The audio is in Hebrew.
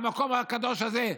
במקום הקדוש הזה.